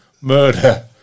murder